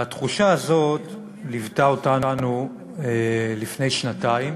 והתחושה הזאת ליוותה אותנו לפני שנתיים